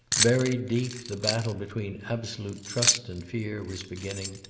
buried deep, the battle between absolute trust and fear was beginning,